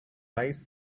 rice